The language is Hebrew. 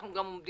אנחנו גם עומדים